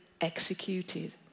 executed